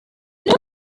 know